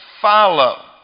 follow